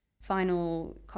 final